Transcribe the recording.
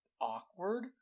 awkward